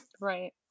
Right